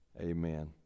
Amen